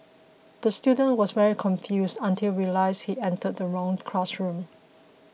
the student was very confused until realised he entered the wrong classroom